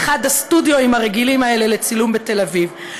באחד הסטודיואים הרגילים האלה לצילום בתל אביב,